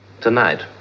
Tonight